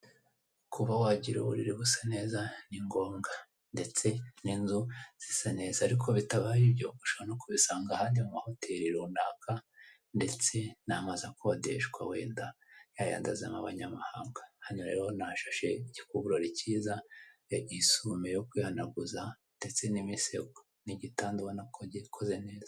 Kuba wagira uburiri busa neza ni ngombwa ndetse n'inzu zisa neza ariko bitabaye ibyo ushobora no kubisanga ahandi mu mahoteli runaka ndetse n'amazu akodeshwa wenda yayandi azamo abanyamahanga, hano rero hashashe igikuvorori kiza, isume yo kwihanaguza ndetse n'imisego n'igitanda ubona ko gikoze neza.